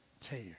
Tear